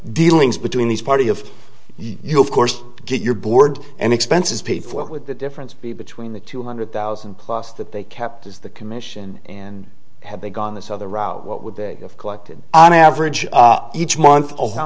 dealings between these party of you of course get your board and expenses paid for with the difference between the two hundred thousand plus that they kept is the commission and had they gone this other route what would they have collected on average each month